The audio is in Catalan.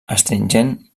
astringent